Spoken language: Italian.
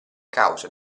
causa